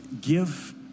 give